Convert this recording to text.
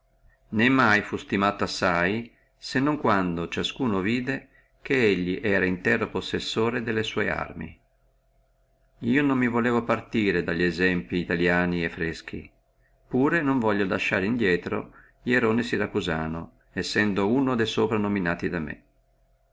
né mai fu stimato assai se non quando ciascuno vidde che lui era intero possessore delle sue arme io non mi volevo partire dalli esempli italiani e freschi tamen non voglio lasciare indrieto ierone siracusano sendo uno de soprannominati da me